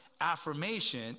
affirmation